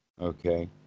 Okay